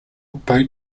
boat